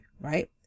right